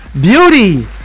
beauty